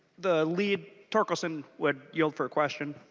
the lead torkelson with you for a question?